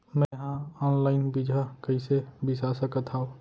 मे हा अनलाइन बीजहा कईसे बीसा सकत हाव